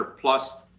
plus